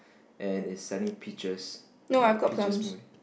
and it selling peaches like peaches smo~